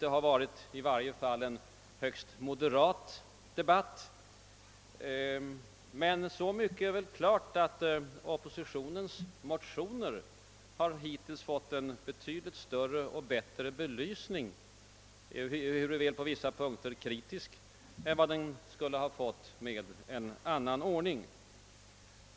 Det har varit en högst moderat debatt, men så mycket är väl klart att oppositionens motioner hittills fått en betydligt bättre — ehuruväl på vissa punkter kritisk — belysning än vad de skulle ha fått med en annan ordning.